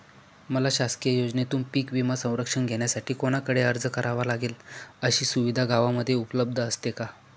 मला शासकीय योजनेतून पीक विमा संरक्षण घेण्यासाठी कुणाकडे अर्ज करावा लागेल? अशी सुविधा गावामध्ये उपलब्ध असते का?